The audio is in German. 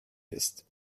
ist